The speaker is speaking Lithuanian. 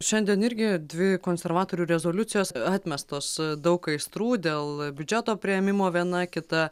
šiandien irgi dvi konservatorių rezoliucijos atmestos daug aistrų dėl biudžeto priėmimo viena kita